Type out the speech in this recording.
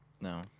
No